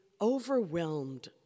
overwhelmed